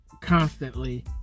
constantly